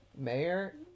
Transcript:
Mayor